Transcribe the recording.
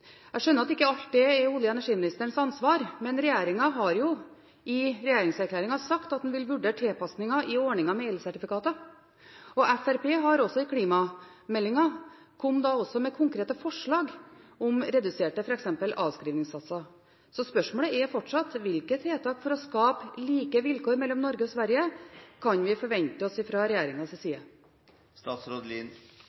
Jeg skjønner at ikke alt dette er olje- og energiministerens ansvar, men regjeringen har i regjeringserklæringen sagt at en vil vurdere tilpasninger i ordningen med elsertifikater. Fremskrittspartiet kom også i klimameldinga med konkrete forslag om f.eks. reduserte avskrivningsregler. Så spørsmålet er fortsatt: Hvilke tiltak for å skape like vilkår mellom Norge og Sverige kan vi forvente oss